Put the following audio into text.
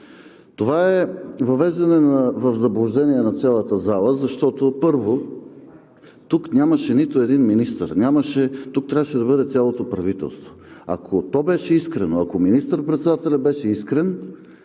Това е въвеждане в заблуждение на цялата зала, първо, защото тук нямаше нито един министър. Тук трябваше да бъде цялото правителство. Ако то беше искрено, ако министър-председателят беше искрен,